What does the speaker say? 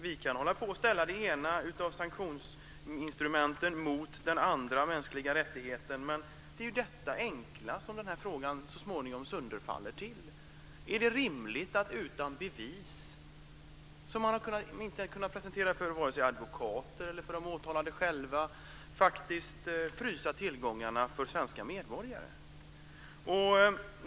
Vi kan hålla på och ställa sanktionsinstrument mot mänskliga rättigheter, men det är ju detta enkla som den här frågan så småningom sönderfaller till. Är det rimligt att utan bevis, vilket man inte har kunnat presentera för vare sig advokater eller de åtalade själva, frysa tillgångarna för svenska medborgare?